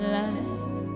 life